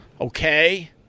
Okay